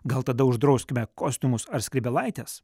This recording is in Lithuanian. gal tada uždrauskime kostiumus ar skrybėlaites